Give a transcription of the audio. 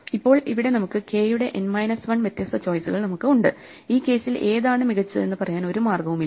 ഇപ്പോൾ ഇവിടെ നമുക്ക് k യുടെ n മൈനസ് 1 വ്യത്യസ്ത ചോയിസുകൾ നമുക്ക് ഉണ്ട് ഈ കേസിൽ ഏതാണ് മികച്ചതെന്ന് അറിയാൻ ഒരു മാർഗവുമില്ല